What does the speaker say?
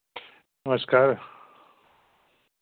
नमस्कार